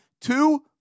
Two